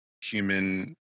human